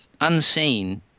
unseen